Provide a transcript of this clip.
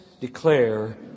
declare